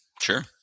Sure